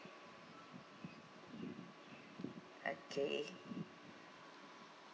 okay